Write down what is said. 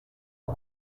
هیچ